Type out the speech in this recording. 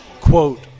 quote